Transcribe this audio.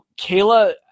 Kayla